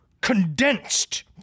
condensed